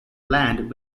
land